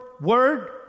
word